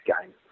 game